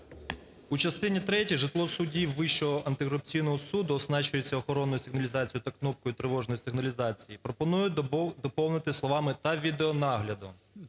У частині третій "Житло судді Вищого антикорупційного суду оснащується охоронною сигналізацією та кнопкою тривожної сигналізації" пропоную доповнити словами "та відеонагляду".